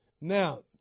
Now